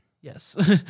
Yes